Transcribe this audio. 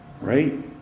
right